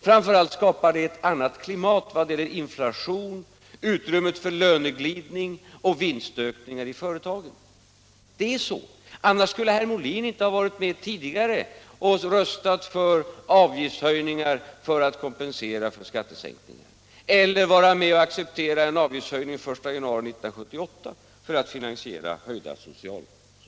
Framför allt skapar det ett annat klimat i vad gäller inflation samt utrymmet för löneglidning och vinstökningar i företagen. Det är så — annars skulle herr Molin inte ha varit med tidigare och röstat för avgiftshöjningar för att kompensera för skattesänkningar eller vara med om att acceptera en avgiftshöjning den 1 januari 1978 för att finansiera höjda socialutgifter.